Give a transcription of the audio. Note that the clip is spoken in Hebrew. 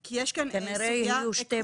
כי יש כאן סוגיה עקרונית.